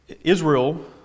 Israel